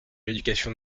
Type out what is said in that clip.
l’éducation